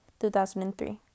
2003